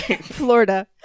Florida